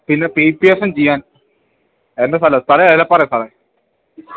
പിന്നെ പിപിഎഫൻ ജിയൻ എല്ലാ സഥലേ സഴേ എല്ലാ പറയ സറേ